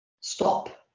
stop